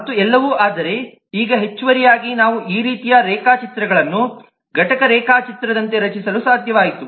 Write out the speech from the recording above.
ಮತ್ತು ಎಲ್ಲವೂ ಆದರೆ ಈಗ ಹೆಚ್ಚುವರಿಯಾಗಿ ನಾವು ಈ ರೀತಿಯ ರೇಖಾಚಿತ್ರಗಳನ್ನು ಘಟಕ ರೇಖಾಚಿತ್ರದಂತೆ ರಚಿಸಲು ಸಾಧ್ಯವಾಯಿತು